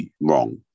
Wrong